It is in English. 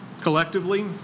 collectively